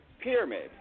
pyramid